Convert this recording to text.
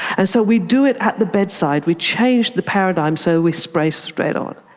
and so we do it at the bedside. we changed the paradigm so we spray straight on.